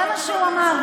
זה מה שהוא אמר.